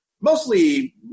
mostly